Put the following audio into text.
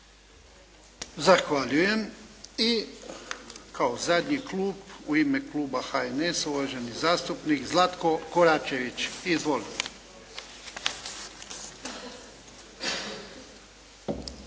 Zahvaljujem. I kao zadnji klub u ime Kluba HNS-a uvaženi zastupnik Zlatko Koračević. Izvolite.